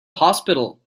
hospital